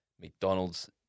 McDonald's